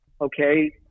okay